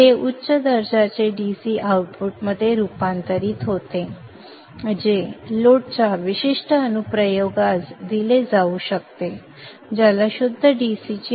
हे उच्च दर्जाचे DC आउटपुटमध्ये रूपांतरित होते जे लोडच्या विशिष्ट अनुप्रयोगास दिले जाऊ शकते ज्याला शुद्ध DC ची अपेक्षा असते